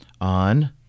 on